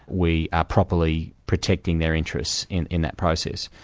we are properly protecting their interests in in that process.